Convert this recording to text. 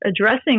addressing